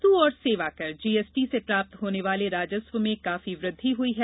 वस्तु और सेवा कर जीएसटी से प्राप्त होने वाले राजस्व में काफी वृद्धि हुई है